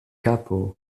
kapo